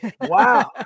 Wow